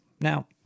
Now